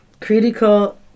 critical